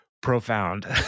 profound